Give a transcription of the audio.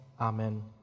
Amen